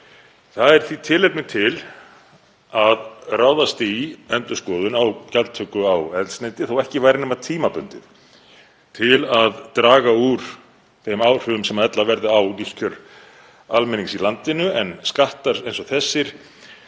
Það er því tilefni til að ráðast í endurskoðun á gjaldtöku á eldsneyti, þó ekki væri nema tímabundið, til að draga úr þeim áhrifum sem ella verða á lífskjör almennings í landinu. Skattar eins og þessir